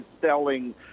selling